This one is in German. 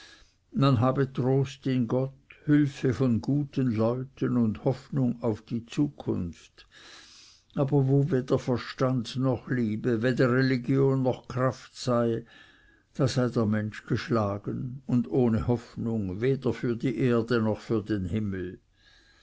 man habe trost in gott hülfe von guten leuten und hoffnung auf die zukunft aber wo weder verstand noch liebe weder religion noch kraft sei da sei der mensch geschlagen und ohne hoffnung weder für die erde noch für den himmel